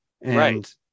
Right